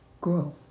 Grow